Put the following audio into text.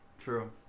True